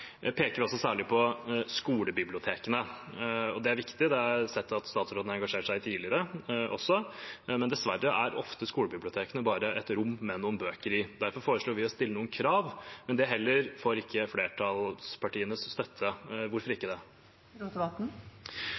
peker vi også særlig på skolebibliotekene. Det er viktig, det har jeg sett at statsråden har engasjert seg i tidligere også, men dessverre er ofte skolebibliotekene bare et rom med noen bøker i. Derfor foreslår vi å stille noen krav, men det får heller ikke flertallspartienes støtte. Hvorfor ikke? Eg har eit stort engasjement for skulebibliotek. Det